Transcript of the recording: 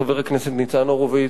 חבר הכנסת ניצן הורוביץ.